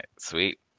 Sweet